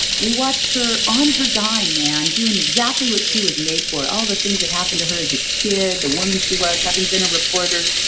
we watched her on her dime, man, doing exactly what she was made for. all the things that happened to her as a kid, the woman she was, having been a reporter,